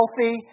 healthy